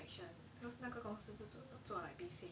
cause 那个公司做 like